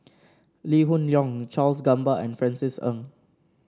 Lee Hoon Leong Charles Gamba and Francis Ng